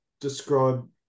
describe